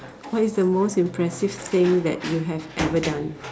what is the most impressive thing that you have ever done